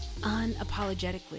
unapologetically